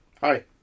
Hi